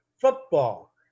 football